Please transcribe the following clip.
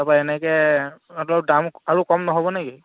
তাৰপৰা এনেকৈ দাম আৰু কম নহ'ব নেকি